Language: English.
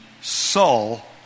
Saul